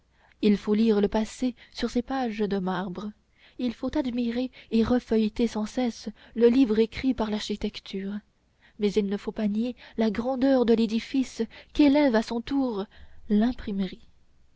il faut relire le passé sur ces pages de marbre il faut admirer et refeuilleter sans cesse le livre écrit par l'architecture mais il ne faut pas nier la grandeur de l'édifice qu'élève à son tour l'imprimerie